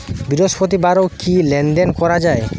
বৃহস্পতিবারেও কি লেনদেন করা যায়?